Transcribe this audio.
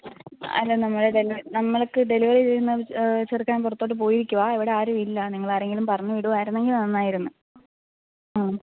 അല്ല നമ്മളെ നമുക്ക് ഡെലിവറി ചെയ്യുന്ന ചെറുക്കൻ പുറത്തോട്ട് പോയിരിക്കുവാണ് ഇവിടെ ആരുമില്ല നിങ്ങൾ ആരെയെങ്കിലും പറഞ്ഞുവിടുവായിരുന്നെങ്കിൽ നന്നായിരുന്നു ആ